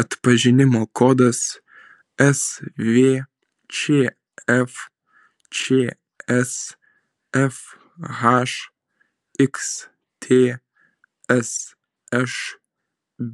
atpažinimo kodas svčf čsfh xtsš